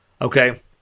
Okay